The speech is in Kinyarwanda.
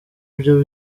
byo